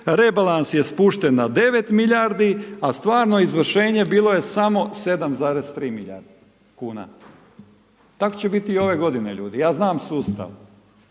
rebalans je spušten na 9 milijardi a stvarno izvršenje bilo je samo 7,3 milijardi kuna. Tako će biti i ove godine, ljudi. Ja znam sustav.